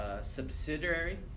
subsidiary